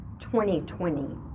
2020